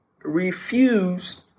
refused